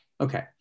Okay